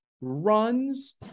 runs